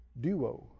Duo